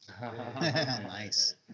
Nice